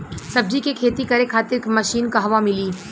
सब्जी के खेती करे खातिर मशीन कहवा मिली?